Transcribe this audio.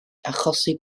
achosi